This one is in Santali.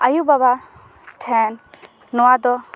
ᱟᱭᱳᱼᱵᱟᱵᱟ ᱴᱷᱮᱱ ᱱᱚᱣᱟ ᱫᱚ